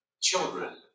children